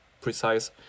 precise